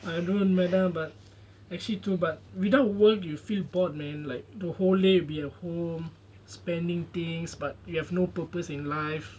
I don't matter but actually true but without work you feel bored man like the whole day be a home spending things but you have no purpose in life